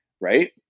right